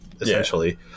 essentially